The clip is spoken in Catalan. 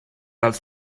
als